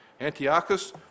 Antiochus